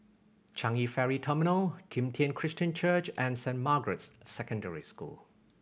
Changi Ferry Terminal Kim Tian Christian Church and Saint Margaret's Secondary School